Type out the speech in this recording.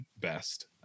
best